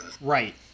Right